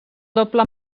doble